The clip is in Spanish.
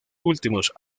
últimos